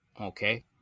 Okay